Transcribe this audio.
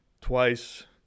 twice